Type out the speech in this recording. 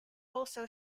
also